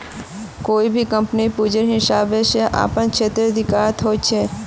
कोई भी कम्पनीक पूंजीर हिसाब स अपनार क्षेत्राधिकार ह छेक